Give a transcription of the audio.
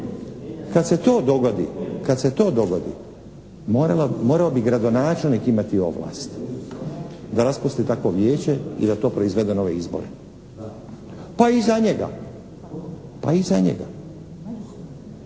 kad se to dogodi morao bi gradonačelnik imati ovlasti da raspusti takvo vijeće i da to proizvede nove izbore. Pa i za njega, pa i za njega.